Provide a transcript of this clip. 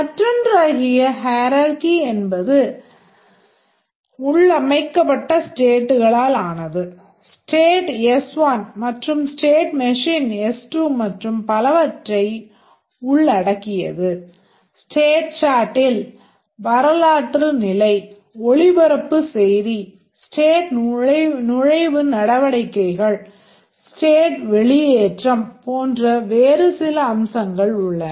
மற்றொன்றாகிய hierarchy வரலாற்று நிலை ஒளிபரப்பு செய்தி ஸ்டேட் நுழைவு நடவடிக்கைகள் ஸ்டேட் வெளியேற்றம் போன்ற வேறு சில அம்சங்கள் உள்ளன